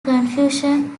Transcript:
confusion